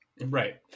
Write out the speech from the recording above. Right